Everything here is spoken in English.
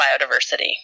biodiversity